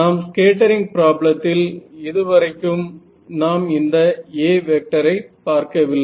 நமது ஸ்கேட்டரிங் ப்ராப்ளத்தில் இதுவரைக்கும் நாம் இந்த A வெக்டரை பார்க்கவில்லை